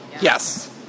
Yes